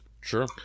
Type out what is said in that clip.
Sure